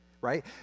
right